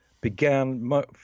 began